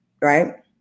right